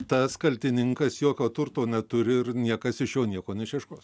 tas kaltininkas jokio turto neturi ir niekas iš jo nieko neišieškos